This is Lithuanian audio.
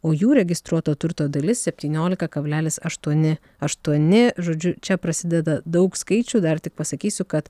o jų registruoto turto dalis septyniolika kablelis aštuoni aštuoni žodžiu čia prasideda daug skaičių dar tik pasakysiu kad